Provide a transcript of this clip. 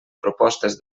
propostes